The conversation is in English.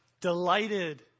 delighted